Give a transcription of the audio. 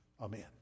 Amen